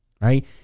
right